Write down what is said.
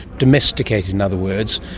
domesticated in other words,